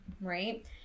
right